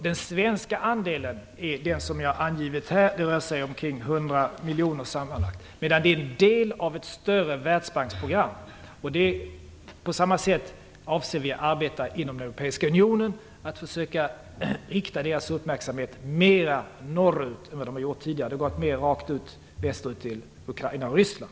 Den svenska andelen är den som jag har angivit här, dvs. sammanlagt omkring 100 miljoner, och det är en del i ett större På samma sätt avser vi att arbeta inom den Europeiska unionen, försöka rikta dess uppmärksamhet mera norrut än tidigare. Den har mera varit riktad rakt österut till Ukraina och Ryssland.